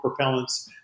propellants